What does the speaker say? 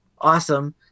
awesome